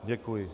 Děkuji.